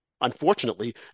Unfortunately